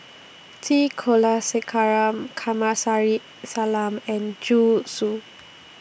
T Kulasekaram Kamsari Salam and Zhu Xu